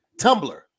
Tumblr